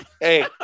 hey